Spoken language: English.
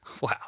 Wow